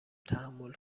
تحمل